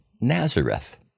Nazareth